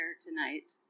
tonight